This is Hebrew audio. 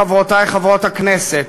חברותי חברות הכנסת,